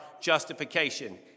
justification